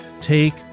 take